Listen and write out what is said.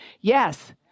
Yes